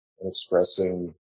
expressing